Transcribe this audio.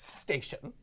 station